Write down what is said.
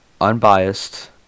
unbiased